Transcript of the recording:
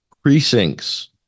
Precincts